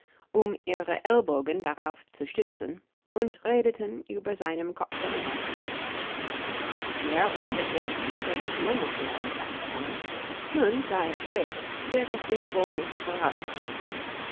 um ihre ellbogen darauf zu stützen und redeten über seinem kopfe mit einander sehr unbequem für das murmelthier dachte alice nun da es schläft wird es sich wohl nichts daraus machen